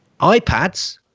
iPads